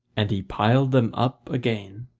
and he piled them up again.